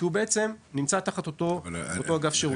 כי הוא נמצא תחת אותו אגף שירות.